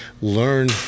learn